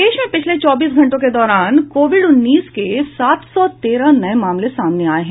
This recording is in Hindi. प्रदेश में पिछले चौबीस घंटों के दौरान कोविड उन्नीस के सात सौ तेरह नये मामले सामने आये हैं